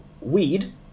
weed